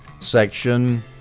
section